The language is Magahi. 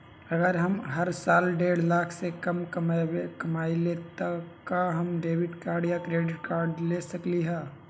अगर हम हर साल डेढ़ लाख से कम कमावईले त का हम डेबिट कार्ड या क्रेडिट कार्ड ले सकली ह?